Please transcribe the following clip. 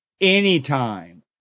Anytime